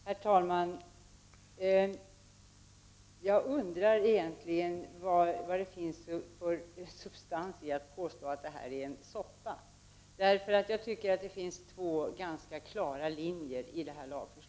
Herr talman! Jag undrar egentligen vad det finns för substans i att påstå att detta är en soppa. Jag tycker att det finns två ganska klara linjer i lagförslaget.